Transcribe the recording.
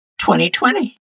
2020